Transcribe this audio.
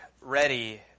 Ready